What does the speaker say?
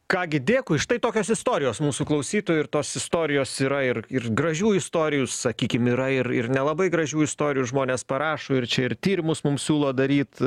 ką gi dėkui štai tokios istorijos mūsų klausytojų ir tos istorijos yra ir ir gražių istorijų sakykim yra ir ir nelabai gražių istorijų žmonės parašo ir čia ir tyrimus mums siūlo daryt